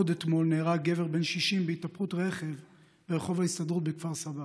עוד אתמול נהרג גבר בן 60 בהתהפכות רכב ברחוב ההסתדרות בכפר סבא.